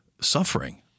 Suffering